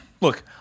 look